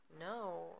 No